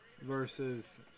versus